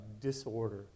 disorder